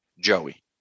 Joey